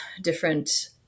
different